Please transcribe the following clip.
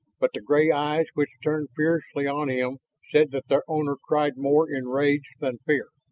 but the gray eyes which turned fiercely on him said that their owner cried more in rage than fear.